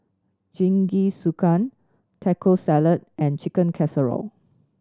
Jingisukan Taco Salad and Chicken Casserole